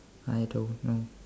I don't know